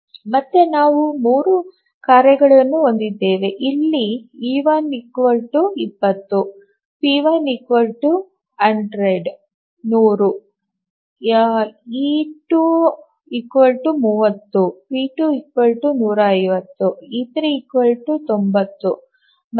ಮತ್ತೆ ನಾವು 3 ಕಾರ್ಯಗಳನ್ನು ಹೊಂದಿದ್ದೇವೆ ಅಲ್ಲಿ ಇ1 20 ಪಿ1 100 ಇ2 30 ಪಿ2 150 ಇ3 90 ಮತ್ತು ಪಿ3 200